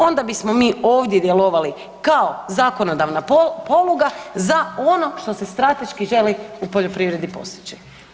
Onda bismo mi ovdje djelovali kao zakonodavna poluga za ono što se strateški želi u poljoprivredi postići.